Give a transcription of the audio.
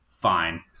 fine